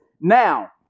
now